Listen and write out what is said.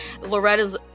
Loretta's